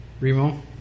Remo